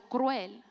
Cruel